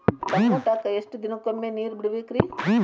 ಟಮೋಟಾಕ ಎಷ್ಟು ದಿನಕ್ಕೊಮ್ಮೆ ನೇರ ಬಿಡಬೇಕ್ರೇ?